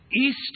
east